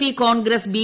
P Congress B